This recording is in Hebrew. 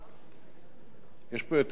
יש פה יותר מדי רעש.